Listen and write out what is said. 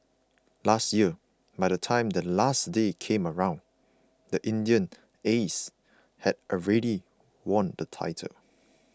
last year by the time the last day came around the Indian Aces had already won the title